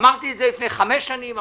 אמרתי את זה לפני חמש שנים,